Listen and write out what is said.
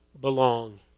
belong